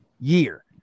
year